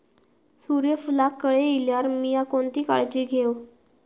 सूर्यफूलाक कळे इल्यार मीया कोणती काळजी घेव?